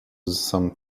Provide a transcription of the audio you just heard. some